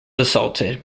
assaulted